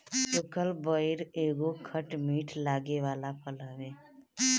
सुखल बइर एगो खट मीठ लागे वाला फल हवे